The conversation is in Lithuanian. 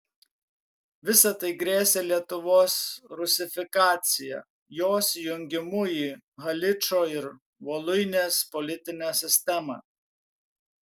visa tai grėsė lietuvos rusifikacija jos įjungimu į haličo ir voluinės politinę sistemą